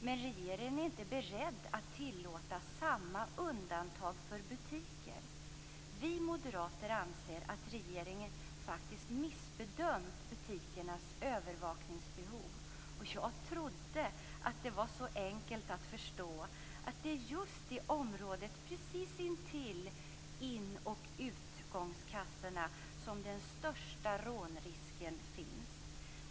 Men regeringen är inte beredd att tillåta samma undantag för butiker. Vi moderater anser att regeringen faktiskt missbedömt butikernas övervakningsbehov. Jag trodde att det var så enkelt att förstå att det är just i området precis intill in och utgångskassorna som den största rånrisken finns.